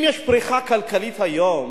אם יש פריחה כלכלית היום,